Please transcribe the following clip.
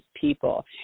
people